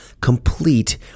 complete